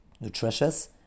nutritious